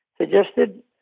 suggested